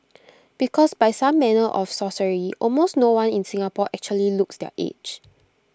because by some manner of sorcery almost no one in Singapore actually looks their age